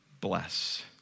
bless